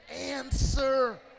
answer